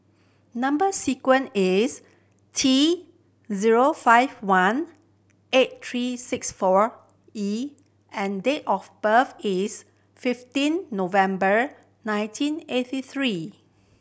number sequence is T zero five one eight three six four E and date of birth is fifteen November nineteen eighty three